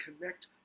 connect